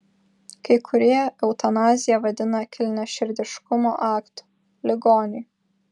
kai kurie eutanaziją vadina kilniaširdiškumo aktu ligoniui